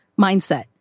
mindset